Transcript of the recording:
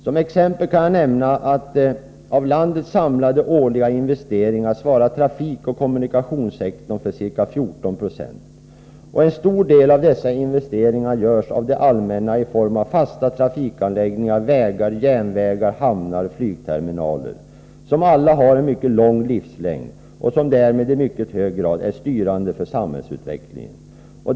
Som exempel kan jag nämna att av landets samlade årliga investeringar svarar trafikoch kommunikationssektorn för ca 14 26. En stor del av dessa investeringar görs av det allmänna i form av fasta trafikanläggningar, vägar, järnvägar, hamnar och flygterminaler, som alla har en mycket lång livslängd och som därmed i mycket hög grad är styrande för samhällsutvecklingen.